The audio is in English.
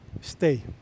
stay